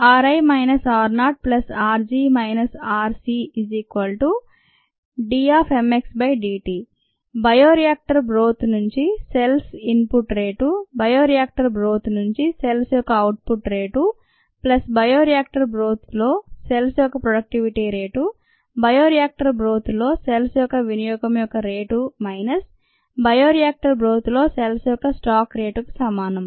ri rorg rcddt bioreactor broth నుండి cells input rate bioreactor broth నుండి cells యొక్క output rate plus bioreactor broth లో cells యొక్క productivity rate bioreactor broth లో cells యొక్క వినియోగం యొక్క రేటు మైనస్ బయోరియాక్టర్ బ్రోత్ లో సెల్స్ యొక్క స్టాక్ రేటుకు సమానం